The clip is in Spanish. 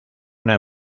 una